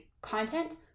content